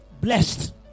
blessed